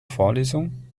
vorlesung